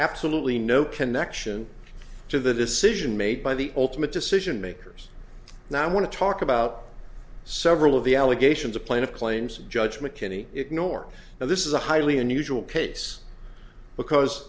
absolutely no connection to the decision made by the ultimate decision makers now want to talk about several of the allegations of plaintiff claims judge mckinney ignore now this is a highly unusual case because